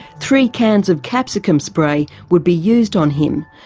three cans of capsicum spray would be used on him.